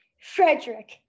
frederick